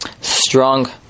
strong